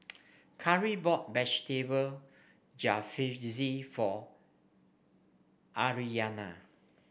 Karie bought Vegetable Jalfrezi for Aryanna